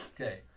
okay